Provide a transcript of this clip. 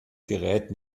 gerät